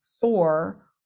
four